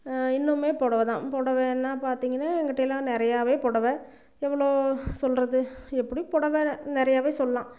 இன்னமுமே புடவை தான் புடவைன்னா பாத்திங்கன்னா எங்ககிட்டையெல்லாம் நிறையவே புடவை எவ்வளோ சொல்கிறது எப்படியும் புடவை நிறையவே சொல்லலாம்